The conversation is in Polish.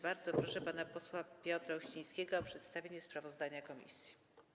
Bardzo proszę pana posła Piotra Uścińskiego o przedstawienie sprawozdania komisji.